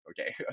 okay